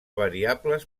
variables